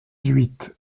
huit